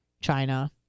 china